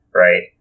Right